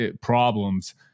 problems